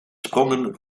sprongen